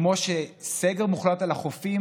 כמו שסגר מוחלט על החופים